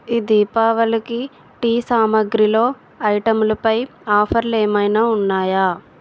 ఈ దీపావళికి టీ సామాగ్రిలో ఐటంలపై ఆఫర్లు ఏమైనా ఉన్నాయా